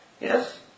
Yes